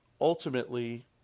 ultimately